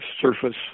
surface